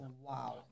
Wow